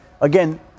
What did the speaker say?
again